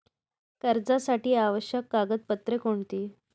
कर्जासाठी आवश्यक कागदपत्रे कोणती?